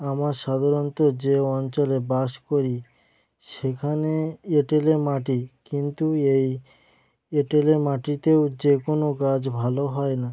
আমার সাধারণত যে অঞ্চলে বাস করি সেখানে এঁটেল মাটি কিন্তু এই এঁটেল মাটিতেও যে কোনো গাছ ভালো হয় না